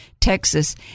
Texas